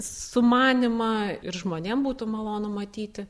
sumanymą ir žmonėm būtų malonu matyti